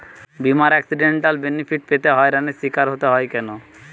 বিমার accidental benefit পেতে হয়রানির স্বীকার হতে হয় কেন?